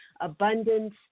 abundance